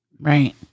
right